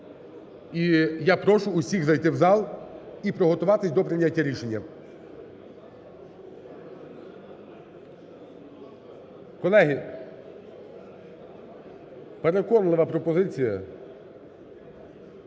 І я прошу всіх зайти в зал і приготуватись до прийняття рішення. Колеги, переконлива пропозиція